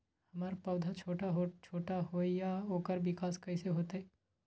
हमर पौधा छोटा छोटा होईया ओकर विकास कईसे होतई?